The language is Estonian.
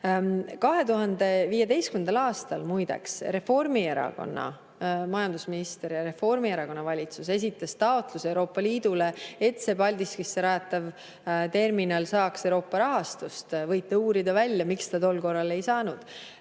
2015. aastal muideks Reformierakonna majandusminister ja Reformierakonna valitsus esitas taotluse Euroopa Liidule, et see Paldiskisse rajatav terminal saaks Euroopa rahastust. Võite uurida välja, miks ta tol korral ei saanud